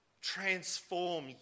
transform